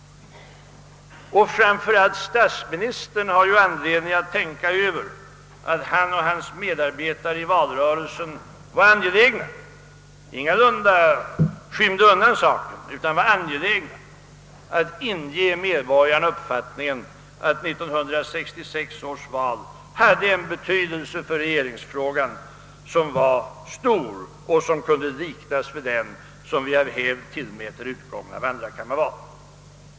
Framför allt statsministern har anledning att tänka över att han och hans medarbetare i valrörelsen ingalunda skymde undan den saken, utan var angelägna att inge medborgarna uppfattningen att 1966 års val hade en betydelse för regeringsfrågan som var stor och kunde liknas vid den som vi av hävd tillmäter utgången av andrakammarval.